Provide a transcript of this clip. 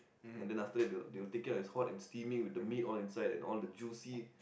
and then after that they will they will take it out it's hot and steaming with the meat all inside and all the juicy